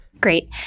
Great